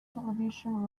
television